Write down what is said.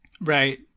Right